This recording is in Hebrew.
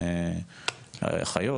לאחיות,